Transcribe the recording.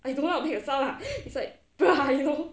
I don't know how to make the sound lah it's like !wah! you know